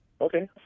Okay